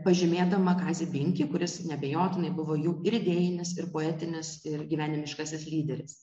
pažymėdama kazį binkį kuris neabejotinai buvo jų ir idėjinis ir poetinis ir gyvenimiškasis lyderis